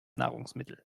nahrungsmittel